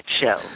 Show